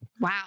Wow